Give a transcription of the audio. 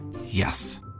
Yes